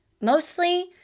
mostly